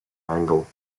angle